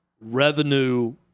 revenue